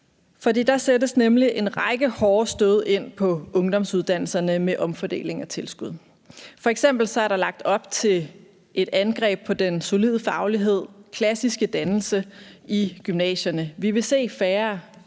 der sættes nemlig en række hårde stød ind på ungdomsuddannelserne med omfordelingen af tilskud. F.eks. er der lagt op til et angreb på den solide faglighed og klassiske dannelse i gymnasierne. Vi vil se færre